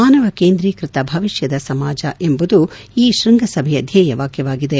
ಮಾನವ ಕೇಂದ್ರೀಕೃತ ಭವಿಷ್ಠದ ಸಮಾಜ ಎಂಬುದು ಈ ಶೃಂಗ ಸಭೆಯ ಧ್ವೇಯವಾಖ್ಯವಾಗಿದೆ